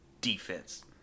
defense